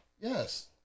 Yes